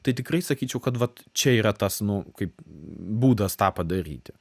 tai tikrai sakyčiau kad vat čia yra tas nu kaip būdas tą padaryti